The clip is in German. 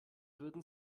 würden